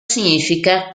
significa